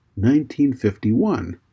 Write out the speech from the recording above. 1951